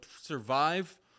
survive